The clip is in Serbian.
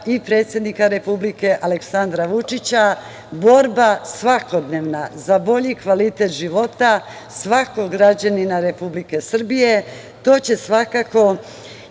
i predsednika republike Aleksandra Vučića, borba svakodnevna za bolji kvalitet života, svakog građanina Republike Srbije, to će svakako